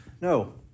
No